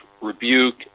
rebuke